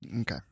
Okay